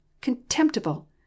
contemptible